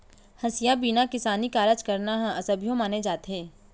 हँसिया बिना किसानी कारज करना ह असभ्यो माने जाथे